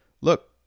look